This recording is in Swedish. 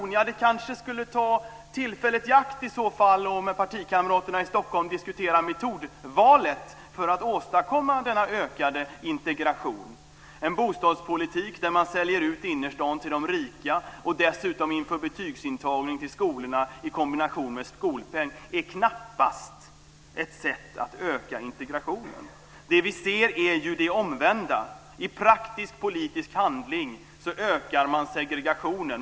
Ni kanske i så fall skulle ta tillfället i akt att med partikamraterna i Stockholm diskutera metodvalet för att åstadkomma denna ökade integration. En bostadspolitik där man säljer ut innerstan till de rika, och dessutom en skolpolitik där man inför betygsintagning till skolorna i kombination med skolpeng, är knappast ett sätt att öka integrationen. Det vi ser är ju det omvända: I praktisk politisk handling ökar man segregationen.